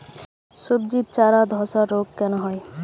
সবজির চারা ধ্বসা রোগ কেন হয়?